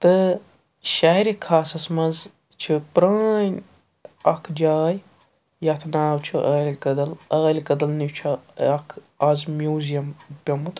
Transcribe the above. تہٕ شہرِ خاصَس منٛز چھِ پرٲنۍ اَکھ جاے یَتھ ناو چھُ عٲلۍ کدل عٲلۍ کدل نِش چھُ اَکھ آز میوٗزِیَم پیوٚمُت